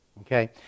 okay